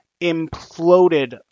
imploded